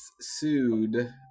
sued